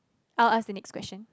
I'll ask the next question